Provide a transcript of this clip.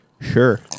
Sure